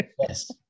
Yes